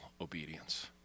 obedience